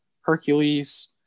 Hercules